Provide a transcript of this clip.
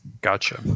Gotcha